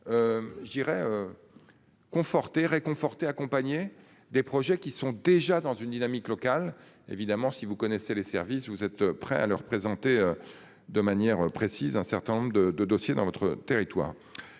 Je dirais. Conforté réconforté accompagner des projets qui sont déjà dans une dynamique locale évidemment si vous connaissez les services. Vous êtes prêts à leur présenter. De manière précise un certain nombre de de dossiers dans notre territoire